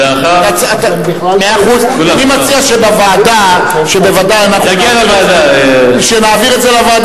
אני מציע שבוועדה, שבוודאי אנחנו נעביר את זה,